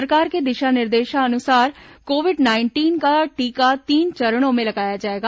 सरकार के निर्देशानुसार कोविड नाइंटीन का टीका तीन चरणों में लगाया जाएगा